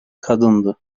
kadındı